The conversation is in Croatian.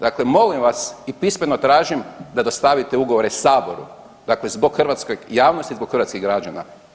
Dakle, molim vas i pismeno tražim da dostavite ugovore saboru, dakle zbog hrvatske javnosti, zbog hrvatskih građana.